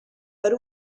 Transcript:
per